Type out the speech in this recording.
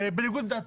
בניגוד לדעתי,